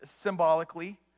symbolically